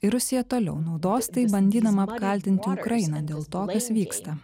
ir rusija toliau naudos tai bandydama apkaltinti ukrainą dėl to kas vyksta